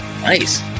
nice